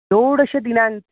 षोडशदिनाङ्के